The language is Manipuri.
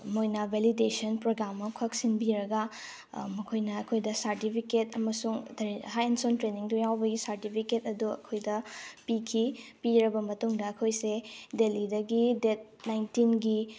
ꯃꯣꯏꯅ ꯚꯦꯂꯤꯗꯦꯁꯟ ꯄ꯭ꯔꯣꯒ꯭ꯔꯥꯝ ꯑꯃꯈꯛ ꯁꯤꯟꯕꯤꯔꯒ ꯃꯈꯣꯏꯅ ꯑꯩꯈꯣꯏꯗ ꯁꯔꯗꯤꯐꯤꯀꯦꯠ ꯑꯃꯁꯨꯡ ꯍꯦꯟꯁ ꯑꯣꯟ ꯇ꯭ꯔꯦꯟꯅꯤꯡꯗꯣ ꯌꯥꯎꯕꯒꯤ ꯁꯔꯗꯤꯐꯤꯀꯦꯠ ꯑꯗꯣ ꯑꯩꯈꯣꯏꯗ ꯄꯤꯈꯤ ꯄꯤꯔꯕ ꯃꯇꯨꯡꯗ ꯑꯩꯈꯣꯏꯁꯦ ꯗꯦꯜꯍꯤꯗꯒꯤ ꯗꯦꯠ ꯅꯥꯏꯟꯇꯤꯟꯒꯤ